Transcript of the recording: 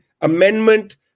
amendment